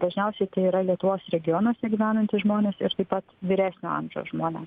dažniausiai tai yra lietuvos regionuose gyvenantys žmonės ir taip pat vyresnio amžiaus žmonės